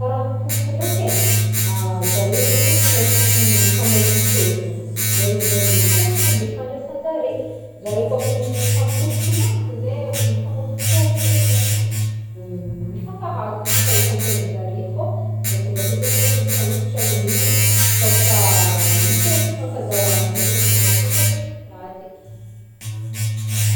Karaha posy ndraiky e, zare zagny presque mifamofompofogny zegny zegny fomba tegna fifandraisanjare, zare koa ny efa mifampikolikolasy izay mifomofompofogny zegny zare, mifankahazo zay ny fahitan-tegna zare, fô ndraikindraiky zegny mifanohitra amin'iny kaofa misy raha tsy hifankazahoana igny zagny zare tonga de miady.